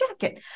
jacket